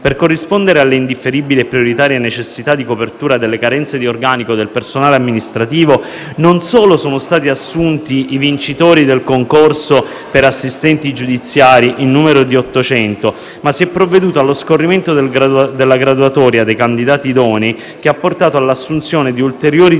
Per corrispondere all'indifferibile e prioritaria necessità di copertura delle carenze di organico del personale amministrativo, non solo sono stati assunti i vincitori del concorso per assistenti giudiziari in numero di 800, ma si è provveduto allo scorrimento della graduatoria dei candidati idonei che ha portato all'assunzione di ulteriori